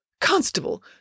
Constable